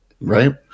Right